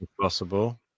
possible